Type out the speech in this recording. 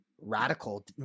radical